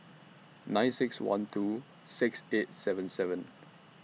nine six one two six eight seven seven